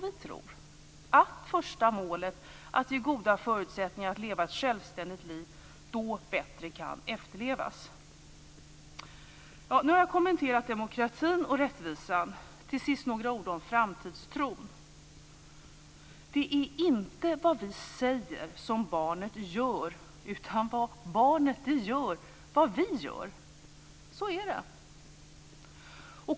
Vi tror att det första målet, att ungdomar ska ha goda förutsättningar att leva ett självständigt liv, bättre kan efterlevas då. Nu har jag kommenterat demokratin och rättvisan. Till sist vill jag säga några ord om framtidstron. Det är inte vad vi säger som barnet gör. Barnet gör det som vi gör. Så är det.